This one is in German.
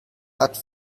hat